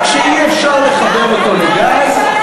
רק שאי-אפשר לחבר אותו לגז,